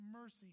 mercy